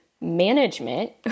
management